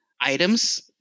items